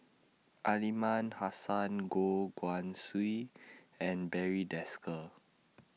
Aliman Hassan Goh Guan Siew and Barry Desker